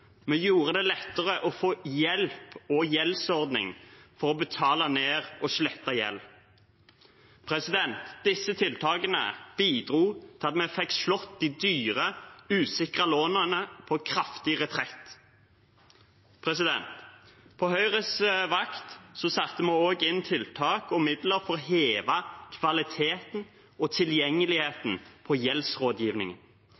Vi gjorde det lettere å få hjelp og gjeldsordning for å betale ned og slette gjeld. Disse tiltakene bidro til at vi fikk slått de dyre, usikre lånene på kraftig retrett. På Høyres vakt satte vi også inn tiltak og midler for å heve kvaliteten og